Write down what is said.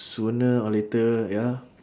sooner or later ya lah